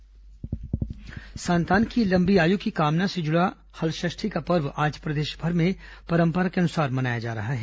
हलषष्ठी संतान की लंबी आयु की कामना से जुड़ा हलषष्ठी का पर्व आज प्रदेशभर में परंपरा के अनुसार मनाया जा रहा है